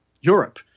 Europe